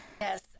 Yes